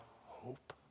hope